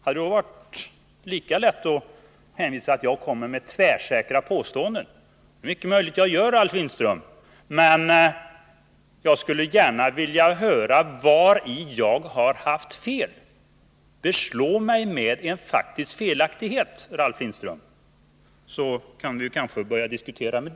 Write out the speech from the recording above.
Hade det då varit lika lätt att anklaga mig för att komma med ”tvärsäkra påståenden”? Det är mycket möjligt att jag gör det, Ralf Lindström, men jag skulle vilja höra vari jag har haft fel. Beslå mig med en faktisk felaktighet, Ralf Lindström! Då kanske vi kan börja diskutera det.